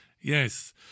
Yes